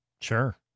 Sure